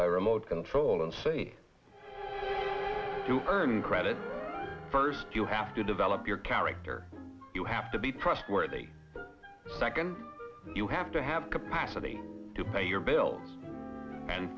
by remote control and say to earn credit first you have to develop your character you have to be trustworthy second you have to have capacity to pay your bills and